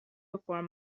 before